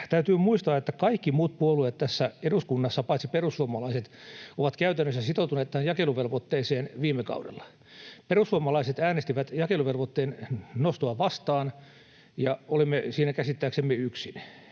Täytyy muistaa, että kaikki muut puolueet tässä eduskunnassa paitsi perussuomalaiset ovat käytännössä sitoutuneet tähän jakeluvelvoitteeseen viime kaudella. Perussuomalaiset äänestivät jakeluvelvoitteen nostoa vastaan, ja olemme siinä käsittääksemme yksin.